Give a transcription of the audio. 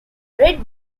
red